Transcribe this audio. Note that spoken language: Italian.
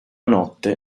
notte